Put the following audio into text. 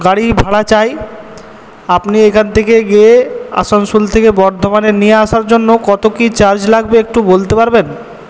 গাড়ি ভাড়া চাই আপনি এখান থেকে গিয়ে আসানসোল থেকে বর্ধমানে নিয়ে আসার জন্য কতো কি চার্জ লাগবে একটু বলতে পারবেন